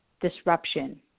disruption